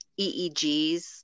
EEGs